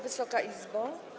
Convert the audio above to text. Wysoka Izbo!